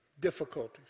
difficulties